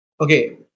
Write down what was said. Okay